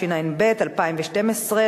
התשע"ב 2012,